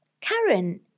Karen